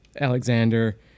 Alexander